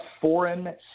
foreign